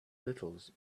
littles